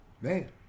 Man